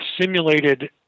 simulated